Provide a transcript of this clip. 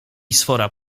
sfora